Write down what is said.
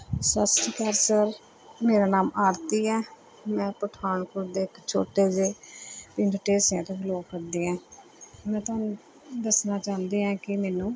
ਸਤਿ ਸ਼੍ਰੀ ਅਕਾਲ ਸਰ ਮੇਰਾ ਨਾਮ ਆਰਤੀ ਹੈ ਮੈਂ ਪਠਾਨਕੋਟ ਦੇ ਇੱਕ ਛੋਟੇ ਜਿਹੇ ਪਿੰਡ ਢੇਸੀਆਂ ਤੋਂ ਬਲੋਂਗ ਕਰਦੀ ਐਂ ਮੈਂ ਤੁਹਾਨੂੰ ਦੱਸਣਾ ਚਾਹੁੰਦੀ ਐਂ ਕਿ ਮੈਨੂੰ